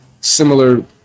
similar